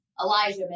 Elijah